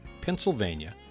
Pennsylvania